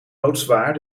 loodzwaar